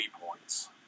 points